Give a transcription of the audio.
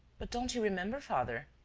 but don't you remember, father.